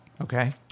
Okay